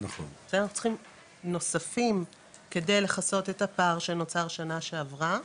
צריכים נוספים כדי לכסות את הפער שנוצר שנה שעברה,